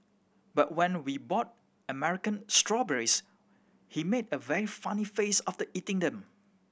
but when we bought American strawberries he made a very funny face after eating them